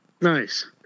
Nice